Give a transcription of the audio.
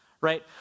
Right